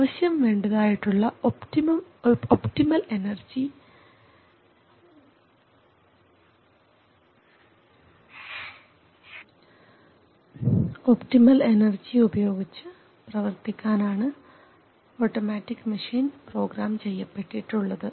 അവശ്യം വേണ്ടതായിട്ടുള്ള optimal energy ഉപയോഗിച്ച് പ്രവർത്തിക്കാനാണ് ഓട്ടോമാറ്റിക് മെഷീൻ പ്രോഗ്രാം ചെയ്യപ്പെട്ടിട്ടുള്ളത്